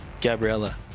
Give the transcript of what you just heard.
Gabriella